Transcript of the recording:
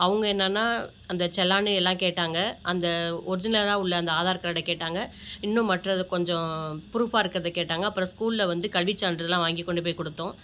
அவங்க என்னான்னால் அந்த சலானு எல்லாம் கேட்டாங்க அந்த ஒரிஜினலா உள்ள அந்த ஆதார் கார்டை கேட்டாங்க இன்னும் மற்றது கொஞ்சம் ப்ரூஃபாக இருக்கிறத கேட்டாங்க அப்புறம் ஸ்கூலில் வந்து கல்வி சான்றிதழ்லாம் வாங்கி கொண்டு போய் கொடுத்தோம்